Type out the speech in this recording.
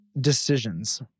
decisions